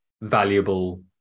valuable